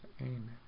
Amen